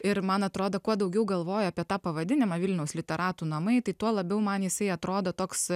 ir man atrodo kuo daugiau galvoji apie tą pavadinimą vilniaus literatų namai tuo labiau man jisai atrodo toks